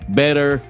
better